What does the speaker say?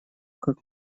как